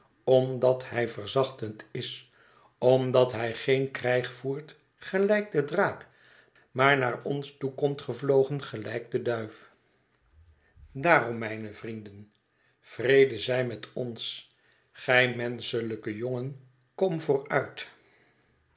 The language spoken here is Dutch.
omdat hij verzachtend is omdat hij geen krijg voert gelijk de draak maar naar ons toe komt gevlogen gelijk de duif daarom mijne vrienden vrede zij met ons gij menschelijke jongen kom